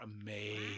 amazing